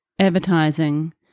Advertising